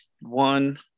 one